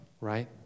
right